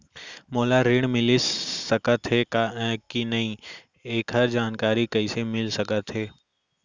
मोला ऋण मिलिस सकत हे कि नई एखर जानकारी कइसे मिलिस सकत हे?